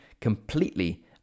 completely